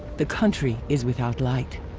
the country is without light.